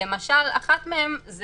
למשל אחת מהן היא